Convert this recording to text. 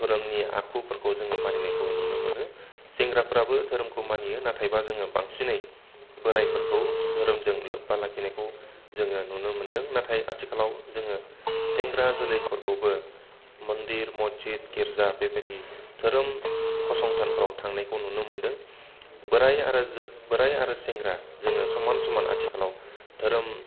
धोरोमनि आखुफोरखौ जोङो मानिनायखौ नुनो मोनो सेंग्राफ्राबो धोरोमखौ मानियो नाथायब्ला जोङो बांसिनै बोराइफोरखौ धोरोमजों लोब्बा लाखिनायखौ जोङो नुनो मोनदों नाथाय आथिखालाव जोङो सेंग्रा जोलैफोरखौबो मन्दिर मजिद गिरजा बेबायदि धोरोम फसंथानफ्राव नुनोमोनदों बोराइ आरो बोराइ आरो सेंग्रा जोङो समान समान आथिखालाव धोरोम